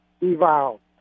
evolved